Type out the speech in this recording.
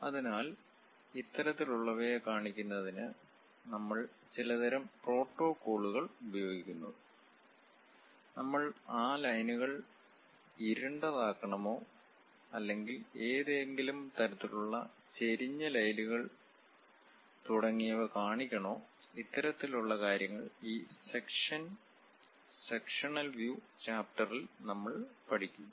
അതിനാൽ ഇത്തരത്തിലുള്ളവയെ കാണിക്കുന്നതിന് നമ്മൾ ചിലതരം പ്രോട്ടോക്കോളുകൾ ഉപയോഗിക്കുന്നു നമ്മൾ ആ ലൈനുകൾ ഇരുണ്ടതാക്കണമോ അല്ലെങ്കിൽ ഏതെങ്കിലും തരത്തിലുള്ള ചെരിഞ്ഞ ലൈനുകൾ തുടങ്ങിയവ കാണിക്കണോ ഇത്തരത്തിലുള്ള കര്യങ്ങൾ ഈ സെക്ഷൻ സെക്ഷനൽ വ്യൂ ചാപ്റ്ററിൽ നമ്മൾ പഠിക്കും